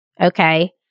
Okay